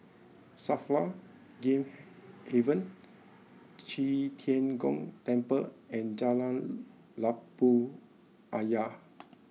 Safra Game Haven Qi Tian Gong Temple and Jalan Labu Ayer